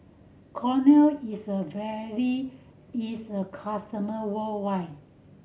Kordel is widely its customer worldwide